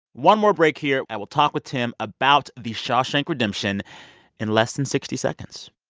one more break here, and we'll talk with tim about the shawshank redemption in less than sixty seconds